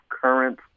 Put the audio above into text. current